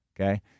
okay